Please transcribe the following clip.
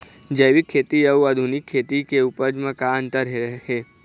जैविक खेती अउ आधुनिक खेती के उपज म का अंतर हे?